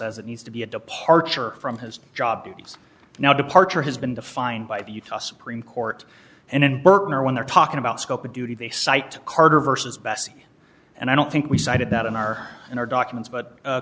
says it needs to be a departure from his job duties now departure has been defined by the utah supreme court and in burton or when they're talking about scope of duty they cite carter versus bessie and i don't think we cited that in our in our documents but